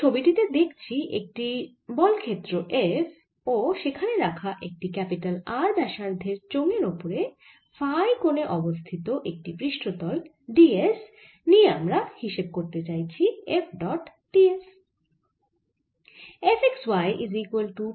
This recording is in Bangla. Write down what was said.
আমরা এই ছবি টি তে দেখছি একটি বল ক্ষেত্র F ও সেখানে রাখা একটি R ব্যাসার্ধের চোঙের ওপরে ফাই কোণে অবস্থিত একটি পৃষ্ঠতল ds নিয়ে আমরা হিসেব করতে চাইছি F ডট ds